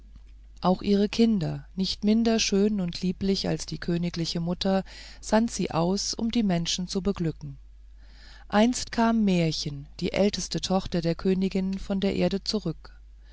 auch ihre kinder nicht minder schön und lieblich als die königliche mutter sandte sie aus um die menschen zu beglücken einst kam märchen die älteste tochter der königin von der erde zurück